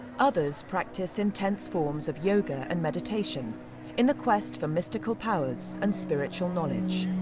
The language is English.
others practice intense forms of yoga and meditation in the quest for mystical powers and spiritual knowledge.